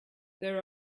there